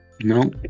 No